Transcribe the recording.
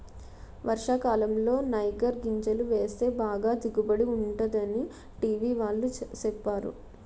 వర్షాకాలంలో నైగర్ గింజలు వేస్తే బాగా దిగుబడి ఉంటుందని టీ.వి వాళ్ళు సెప్పేరు